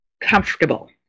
comfortable